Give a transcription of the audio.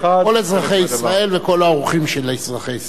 כל אזרחי ישראל וכל האורחים של אזרחי ישראל.